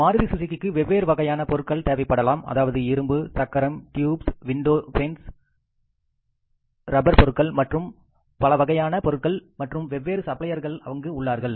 மாருதி சுசுகிக்கு வெவ்வேறு வகையான பொருட்கள் தேவைப்படலாம் அதாவது இரும்பு சக்கரம் டியூப்ஸ் விண்டோ பென்ஸ் ரப்பர் பொருட்கள் மற்றும் பலவகையான பொருட்கள் மற்றும் வெவ்வேறு சப்ளையர்கள் அங்கு உள்ளார்கள்